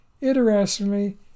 Interestingly